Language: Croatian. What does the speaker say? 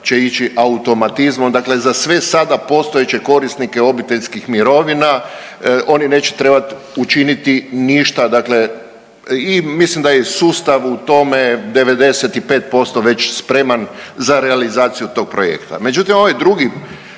ići automatizmom, dakle za sve sada postojeće korisnike obiteljskih mirovina, oni neće trebat učiniti ništa, dakle i mislim da je sustav u tome 95% već spreman za realizaciju tog projekta. Međutim ovaj drugi,